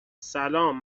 سلام